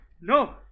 No